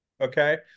okay